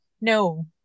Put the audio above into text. no